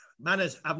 Manners